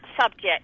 subject